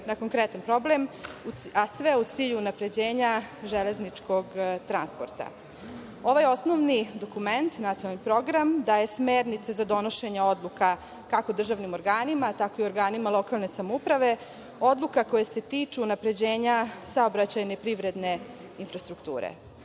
na konkretan problem, a sve u cilju unapređenja železničkog transporta. Ovaj osnovni dokument, Nacionalni program, daje smernice za donošenje odluka kako državnim organima, tako i organima lokalne samouprave, odluka koje se tiču unapređenja saobraćajne privredne infrastrukture. Ono